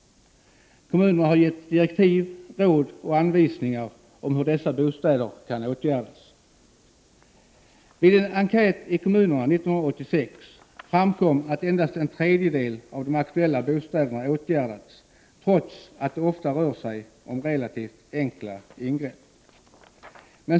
Kommunerna har gett direktiv, råd och anvisningar om hur dessa bostäder kan åtgärdas. Vid en enkät i kommunerna 1986 framkom att endast en tredjedel av de aktuella bostäderna åtgärdats trots att det ofta rör sig om relativt enkla ingrepp.